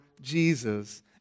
Jesus